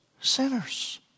sinners